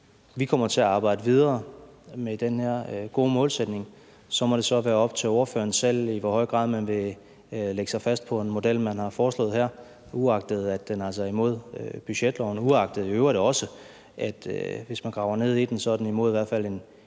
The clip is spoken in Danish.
vi kommer til at arbejde videre med den her gode målsætning, og så må det være op til ordføreren selv, i hvor høj grad man vil lægge sig fast på den model, man har foreslået her, uagtet at den altså går imod budgetloven, uagtet at den, hvis man graver ned i den, altså går imod i hvert fald en del